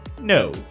no